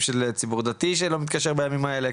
של ציבור דתי שלא מתקשר בימים האלו,